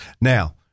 Now